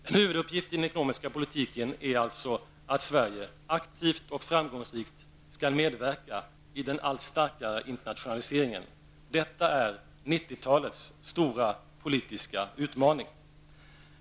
En huvuduppgift i den ekonomiska politiken är att Sverige aktivt och framgånsrikt skall medverka i den allt starkare internationaliseringen. Detta är 90-talets stora politiska utmaning.